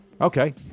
Okay